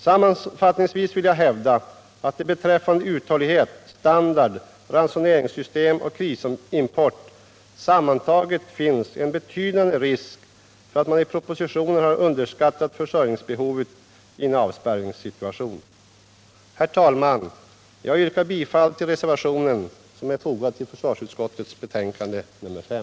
Sammanfattningsvis vill jag hävda att det beträffande uthållighet, standard, ransoneringssystem och krisimport sammantaget finns en betydande risk för att man i propositionen har underskattat försörjningsbehovet i en avspärrningssituation. Herr talman! Jag yrkar bifall till den reservation som fogats till försvarsutskottets betänkande nr 5.